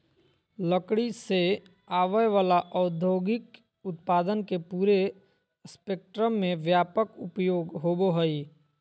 लकड़ी से आवय वला औद्योगिक उत्पादन के पूरे स्पेक्ट्रम में व्यापक उपयोग होबो हइ